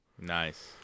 Nice